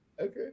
Okay